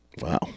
Wow